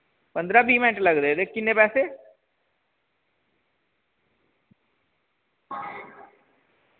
पन्द्रां बी मैंट लगदे ते किन्ने पैसे